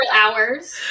hours